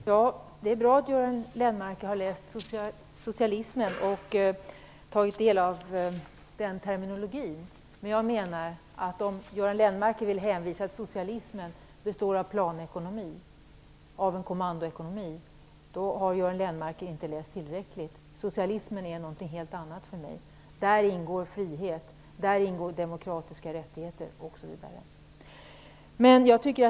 Herr talman! Det är bra att Göran Lennmarker har läst om socialismen och tagit del av terminologin. Men om Göran Lennmarker vill hävda att socialismen består av planekonomi - en kommandoekonomi - har han inte läst tillräckligt. Socialism är någonting helt annat för mig. Däri ingår frihet, demokratiska rättigheter osv.